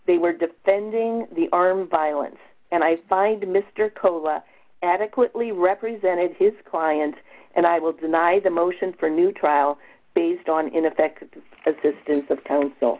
they were defending the armed violence and i find mr koga adequately represented his client and i will deny the motion for a new trial based on ineffective assistance of